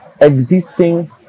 existing